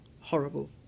horrible